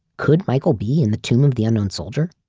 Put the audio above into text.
could michael be in the tomb of the unknown soldier?